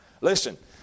Listen